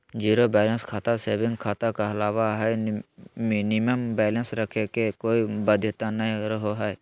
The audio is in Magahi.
जीरो बैलेंस खाता सेविंग खाता कहलावय हय मिनिमम बैलेंस रखे के कोय बाध्यता नय रहो हय